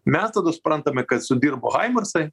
mes tada suprantame kad sudirbo haimarsai